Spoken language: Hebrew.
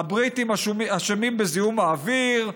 הבריטים אשם בזיהום האוויר,